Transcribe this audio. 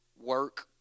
work